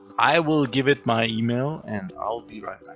i will give it my email and i will be right back.